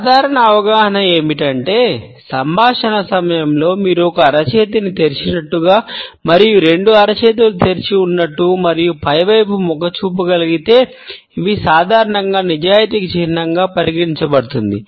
సాధారణ అవగాహన ఏమిటంటే సంభాషణ సమయంలో మీరు ఒక అరచేతిని తెరిచినట్లుగా మరియు రెండు అరచేతులు తెరిచి ఉన్నట్లు మరియు పైవైపు మొగ్గు చూపగలిగితే ఇది సాధారణంగా నిజాయితీకి చిహ్నంగా పరిగణించబడుతుంది